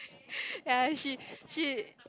ya she she